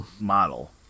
model